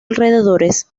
alrededores